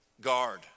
guard